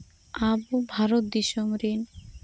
ᱟᱵᱚ ᱵᱷᱟᱨᱚᱛ ᱫᱤᱥᱚᱢ ᱨᱮᱱ